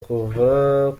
kuva